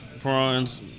prawns